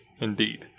indeed